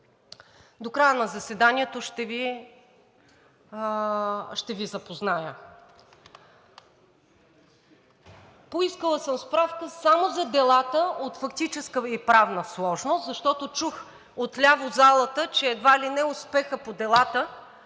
До края на заседанието ще Ви запозная. Поискала съм справка само за делата от фактическа и правна сложност, защото чух отляво в залата, че едва ли не успехът по делата